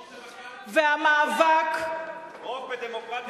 רוב זה בכלל, והמאבק, רוב בדמוקרטיה זה בקלפי.